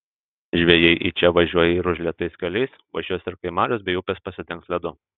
žvejai į čia važiuoja ir užlietais keliais važiuos ir kai marios bei upės pasidengs ledu